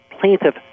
plaintiff